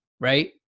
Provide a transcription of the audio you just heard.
right